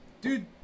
Dude